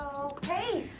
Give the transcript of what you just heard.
okay.